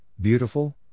beautiful